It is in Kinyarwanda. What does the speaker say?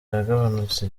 yagabanutse